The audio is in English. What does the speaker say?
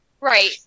Right